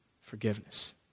forgiveness